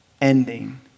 ending